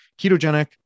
ketogenic